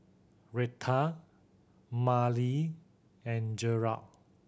Retha Marlee and Gerold